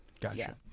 Gotcha